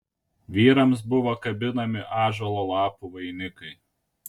vyrams buvo kabinami ąžuolo lapų vainikai